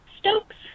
Stokes